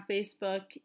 Facebook